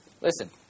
Listen